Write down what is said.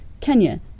Kenya